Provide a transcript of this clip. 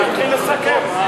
לסכם.